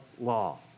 law